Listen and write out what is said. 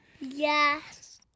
Yes